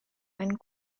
and